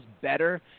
better